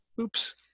Oops